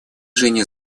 жене